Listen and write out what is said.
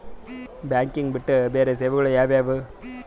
Banking ಬಿಟ್ಟು ಬೇರೆ ಸೇವೆಗಳು ಯಾವುವು?